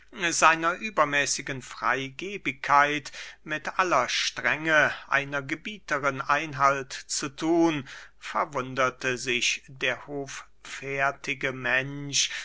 seiner übermäßigen freygebigkeit mit aller strenge einer gebieterin einhalt zu thun verwunderte sich der hoffärtige mensch